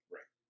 Right